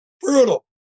brutal